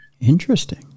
Interesting